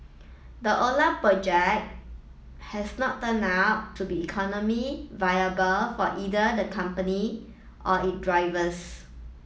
the Ola project has not turned out to be economic viable for either the company or its drivers